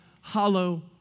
hollow